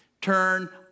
Turn